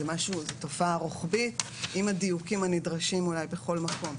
זאת תופעה רוחבית עם הדיוקים הנדרשים בכל מקום.